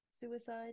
suicide